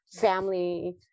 family